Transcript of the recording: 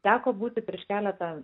teko būti prieš keletą